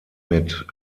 mit